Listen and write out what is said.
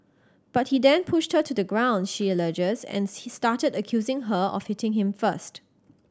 but he then pushed her to the ground she alleges and see started accusing her of hitting him first